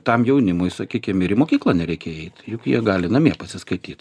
tam jaunimui sakykim ir į mokyklą nereikia eit juk jie gali namie pasiskaityt